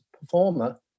performer